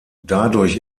dadurch